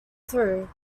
through